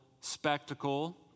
spectacle